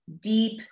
deep